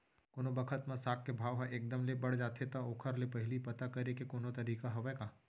कोनो बखत म साग के भाव ह एक दम ले बढ़ जाथे त ओखर ले पहिली पता करे के कोनो तरीका हवय का?